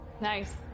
nice